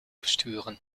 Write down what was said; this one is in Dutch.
besturen